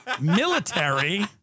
military